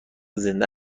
زنده